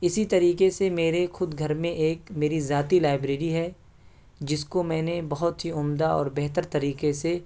اسی طریقہ سے میرے خود گھر میں ایک میری ذاتی لائبریری ہے جس کو میں نے بہت ہی عمدہ اور بہتر طریقہ سے